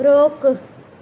रोक